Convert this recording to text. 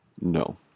No